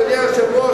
אדוני היושב-ראש,